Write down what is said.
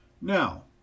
Now